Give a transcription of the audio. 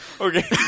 Okay